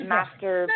Master